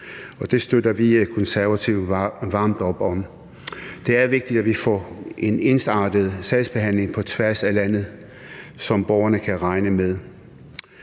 det støtter vi Konservative varmt op om. Det er vigtigt, at vi får en ensartet sagsbehandling på tværs af landet, som borgerne kan regne med.